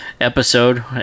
episode